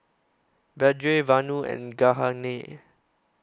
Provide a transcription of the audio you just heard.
Vedre Vanu and Jahangir